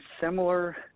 similar